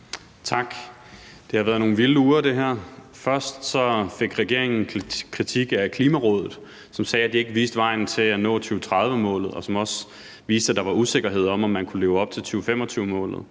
Tak. Det har været nogle vilde uger. Først fik regeringen kritik af Klimarådet, som sagde, at de ikke viste vejen til at nå 2030-målet, og som også sagde, at der var usikkerhed om, om man kunne leve op til 2025-målet.